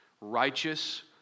righteous